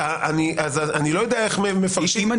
אני לא יודע איך מפרשים- - אם אני